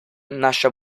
nasce